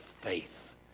faith